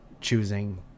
choosing